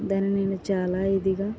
దాన్ని నేను చాలా ఇదిగా